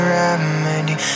remedy